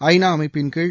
ஐநா அமைப்பின்கீழ்